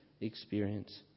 experience